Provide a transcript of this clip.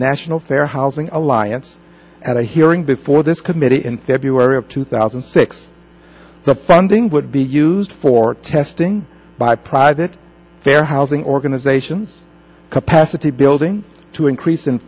national fair housing alliance at a hearing before this committee in february of two thousand and six the funding would be used for testing by private fair housing organizations capacity building to increase in